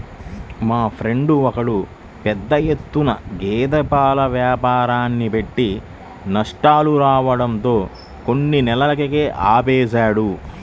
మా ఫ్రెండు ఒకడు పెద్ద ఎత్తున గేదె పాల వ్యాపారాన్ని పెట్టి నష్టాలు రావడంతో కొన్ని నెలలకే ఆపేశాడు